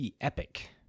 Epic